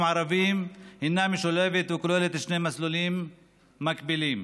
הערביים היא משולבת וכוללת שני מסלולים מקבילים: